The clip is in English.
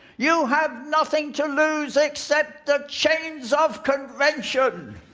you have nothing to lose except the chains of convention.